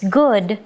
good